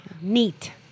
Neat